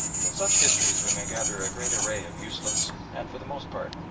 from such histories we may gather a great array of useless, and, for the most part,